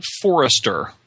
Forrester